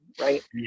right